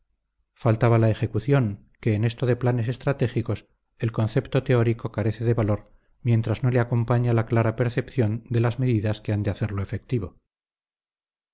faltaba la ejecución que en esto de planes estratégicos el concepto teórico carece de valor mientras no le acompaña la clara percepción de las medidas que han de hacerlo efectivo